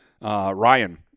Ryan